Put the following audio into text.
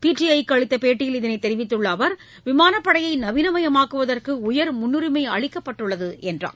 PTI க்கு அளித்த பேட்டியில் இதனைத் தெரிவித்துள்ள அவர் விமானப்படையை நவீனமயமாக்குவதற்கு உயர் முன்னுரிமை அளிக்கப்பட்டுள்ளது என்றார்